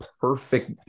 perfect